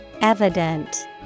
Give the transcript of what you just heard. Evident